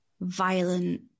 violent